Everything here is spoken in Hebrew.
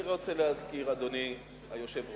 אני רק רוצה להזכיר, אדוני היושב-ראש,